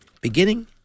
beginning